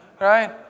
Right